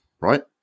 right